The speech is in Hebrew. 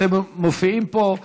אתם מופיעים פה.